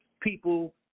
people